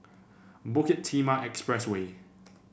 Bukit Timah Expressway